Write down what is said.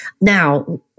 Now